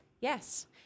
Yes